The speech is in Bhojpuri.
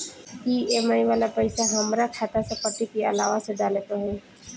ई.एम.आई वाला पैसा हाम्रा खाता से कटी की अलावा से डाले के होई?